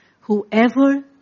Whoever